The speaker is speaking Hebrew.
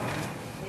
אני